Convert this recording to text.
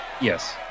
Yes